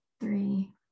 three